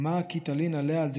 "מה כי תלין עליה,